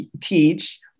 teach